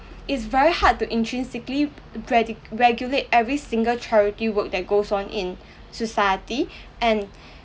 it's very hard to intrinsically regulate every single charity work that goes on in society and